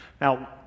Now